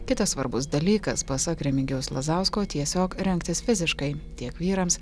kitas svarbus dalykas pasak remigijaus lazausko tiesiog rengtis fiziškai tiek vyrams